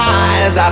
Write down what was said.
eyes